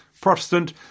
Protestant